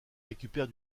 récupère